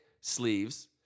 sleeves